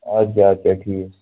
اَدٕ کیٛاہ اَدٕ کیٛاہ ٹھیٖک